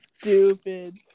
stupid